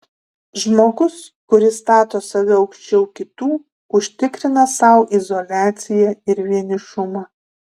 žmogus kuris stato save aukščiau kitų užtikrina sau izoliaciją ir vienišumą